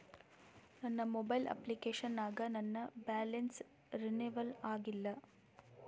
ನನ್ನ mobile application ನಾಗ ನನ್ ಬ್ಯಾಲೆನ್ಸ್ ರೀನೇವಲ್ ಆಗಿಲ್ಲ